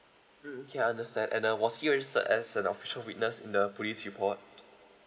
mm okay understand and uh was he registered as an official witness in the police report